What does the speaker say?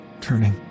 Turning